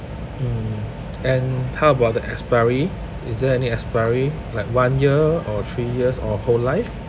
mm and how about the expiry is there any expiry like one year or three years or whole life